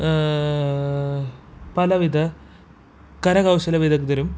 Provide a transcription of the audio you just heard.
പലവിധ കരകൗശല വിദഗ്ധരും